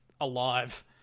alive